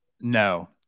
No